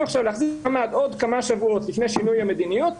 להחזיק מעמד עוד כמה שבועות לפני שינוי המדיניות.